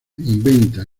inventa